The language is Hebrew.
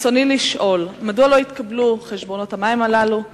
רצוני לשאול: 1. מדוע לא התקבלו חשבונות המים הללו?